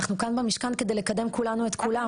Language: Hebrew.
אנחנו כאן במשכן כדי לקדם כולנו את כולם.